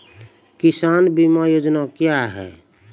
किसान बीमा योजना क्या हैं?